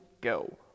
go